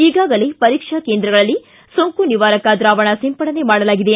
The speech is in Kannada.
ಈಗಾಗಲೇ ಪರೀಕ್ಷಾ ಕೇಂದ್ರಗಳಲ್ಲಿ ಸೋಂಕು ನಿವಾರಕ ದ್ರಾವಣ ಸಿಂಪಡಣೆ ಮಾಡಲಾಗಿದೆ